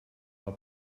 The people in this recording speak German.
war